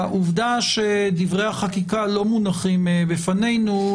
העובדה שדברי החקיקה לא מונחים בפנינו,